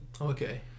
okay